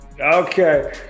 Okay